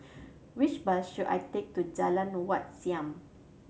which bus should I take to Jalan Wat Siam